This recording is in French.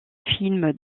film